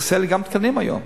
חסרים לי גם תקנים היום.